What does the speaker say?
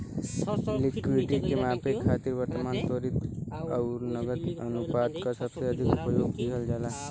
liquidity के मापे खातिर वर्तमान, त्वरित आउर नकद अनुपात क सबसे अधिक उपयोग किहल जाला